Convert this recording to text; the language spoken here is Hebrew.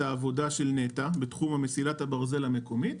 עבודת נת"ע בתחום מסילת הברזל המקומית,